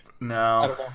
no